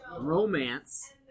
romance